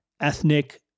ethnic